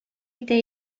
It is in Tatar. итә